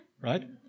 Right